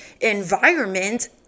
environment